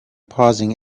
pausing